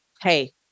Hey